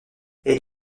elle